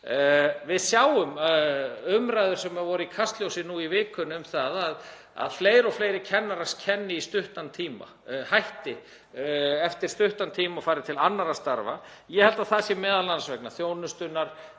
Við sjáum umræður sem voru í Kastljósi í vikunni um það að fleiri og fleiri kennarar kenni í stuttan tíma, hætti eftir stuttan tíma og fari til annarra starfa. Ég held að það sé m.a. vegna þjónustunnar,